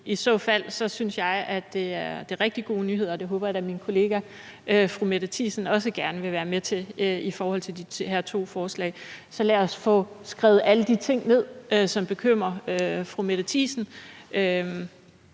i så fald synes jeg, at det er en rigtig gode nyhed, og det håber jeg da at min kollega fru Mette Thiesen også gerne vil være med til i forhold til de her to forslag. Så lad os få skrevet alle de ting ned, som bekymrer fru Mette Thiesen,